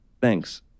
Thanks